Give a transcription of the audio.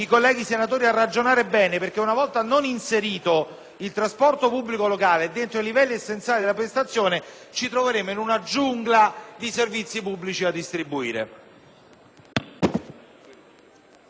ci troveremmo in una giungla di servizi pubblici da distribuire.